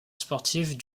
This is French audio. sportive